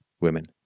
women